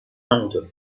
همینطور